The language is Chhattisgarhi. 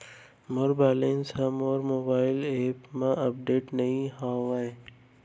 मोर बैलन्स हा मोर मोबाईल एप मा अपडेट नहीं होय हवे